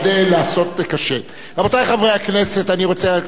תודה רבה לכם ולכל השואלים.